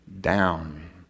down